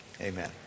amen